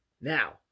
now